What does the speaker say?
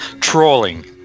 Trolling